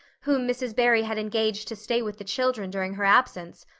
whom mrs. barry had engaged to stay with the children during her absence,